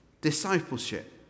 discipleship